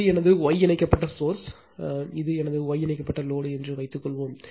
இது எனது Y இணைக்கப்பட்ட சோர்ஸ் இது எனது Y இணைக்கப்பட்ட லோடு என்று வைத்துக்கொள்வோம்